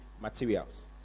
materials